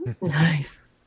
Nice